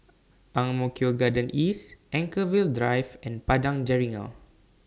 Ang Mo Kio Town Garden East Anchorvale Drive and Padang Jeringau